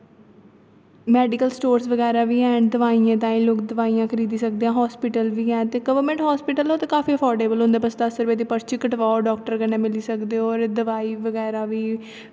medical stores बगैरा बी हैन दवाइ'यां ताईं लोक दवाइयां खरीदी सकदे हास्पिटल बी ऐ ते गौरमैंट हस्पिटल ते ओह् ते काफी अफार्डेवल होंदे बस दस रपेऽ दी पर्ची कटवाओ डाक्टर कन्नै मिली सकदे होर दवाई बगैरा बी